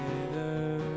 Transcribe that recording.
together